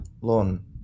loan